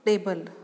table